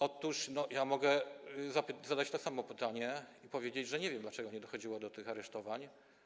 Otóż ja mogę zadać to samo pytanie i powiedzieć, że nie wiem, dlaczego nie dochodziło do tych aresztowań.